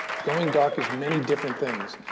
going dark is many different things.